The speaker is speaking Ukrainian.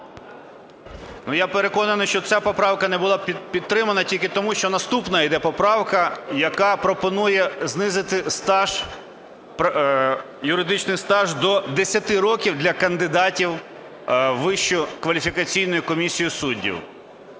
Я переконаний, що ця поправка не була підтримана тільки тому, що наступна йде поправка, яка пропонує знизити стаж, юридичний стаж до 10 років для кандидатів в Вищу